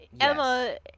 Emma